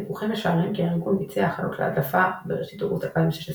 דיווחים משערים כי הארגון ביצע הכנות להדלפה בראשית אוגוסט 2016